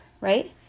right